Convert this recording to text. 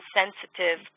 sensitive